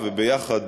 ויחד,